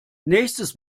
nächstes